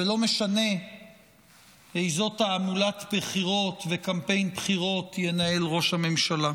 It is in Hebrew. ולא משנה איזו תעמולת בחירות וקמפיין בחירות ינהל ראש הממשלה.